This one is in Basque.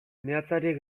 meatzari